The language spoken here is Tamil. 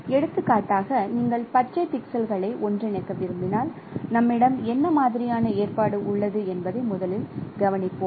எடுத்துக்காட்டாக நீங்கள் பச்சை பிக்சல்களை ஒன்றிணைக்க விரும்பினால் நம்மிடம் என்ன மாதிரியான ஏற்பாடு உள்ளது என்பதை முதலில் கவனிப்போம்